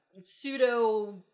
pseudo